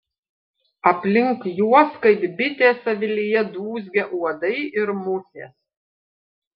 aplink juos kaip bitės avilyje dūzgia uodai ir musės